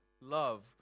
love